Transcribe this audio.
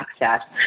access